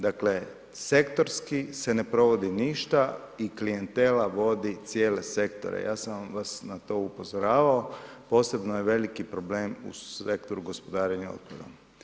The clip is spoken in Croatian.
Dakle sektorski se ne provodi ništa i klijentela vodi cijele sektore, ja sam vas na to upozoravao, posebno je veliki problem u sektoru gospodarenja otpadom.